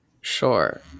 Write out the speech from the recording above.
Sure